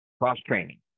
cross-training